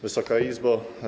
Wysoka Izbo!